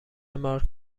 مارک